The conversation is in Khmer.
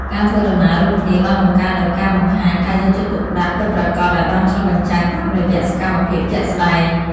ការធ្វើដំណើររួមគ្នាបានបង្កើតនូវការបង្ហាញការយកចិត្តទុកដាក់ពិតប្រាកដដែលបានឆ្លុះបញ្ចាំងតាមរយៈសកម្មភាពជាក់ស្តែង។